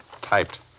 typed